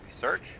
search